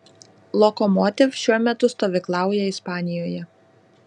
lokomotiv šiuo metu stovyklauja ispanijoje